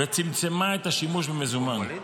וצמצמה את השימוש במזומן.